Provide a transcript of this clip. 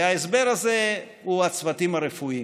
וההסבר הזה הוא הצוותים הרפואיים.